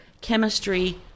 chemistry